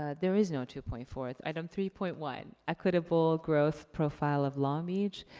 ah there is no two point four. item three point one, equitable growth profile of long beach.